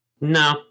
No